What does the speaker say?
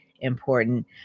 important